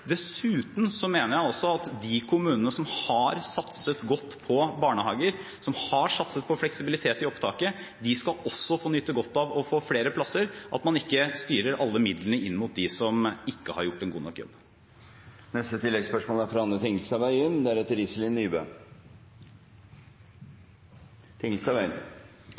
Dessuten mener jeg at de kommunene som har satset godt på barnehager, som har satset på fleksibilitet i opptaket, også skal få nyte godt av å få flere plasser, og at man ikke styrer alle midlene inn mot dem som ikke har gjort en god nok jobb. Anne Tingelstad Wøien – til oppfølgingsspørsmål. Å si at det er